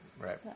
right